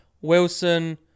wilson